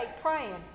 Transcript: praying